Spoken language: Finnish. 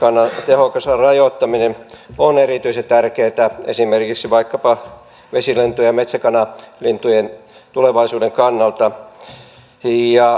supikoirakannan tehokas rajoittaminen on erityisen tärkeätä esimerkiksi vaikkapa vesilintujen ja metsäkanalintujen tulevaisuuden kannalta